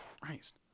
Christ